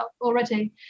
already